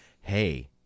hey